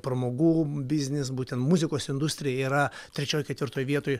pramogų biznis būtent muzikos industrija yra trečioj ketvirtoj vietoj